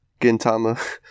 Gintama